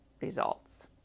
results